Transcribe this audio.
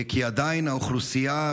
כי עדיין האוכלוסייה,